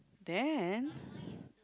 then